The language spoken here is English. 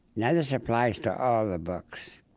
now, this applies to all the books.